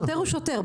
שוטר הוא שוטר.